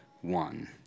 one